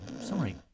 Sorry